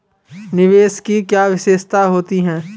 निवेश की क्या विशेषता होती है?